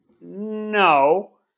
No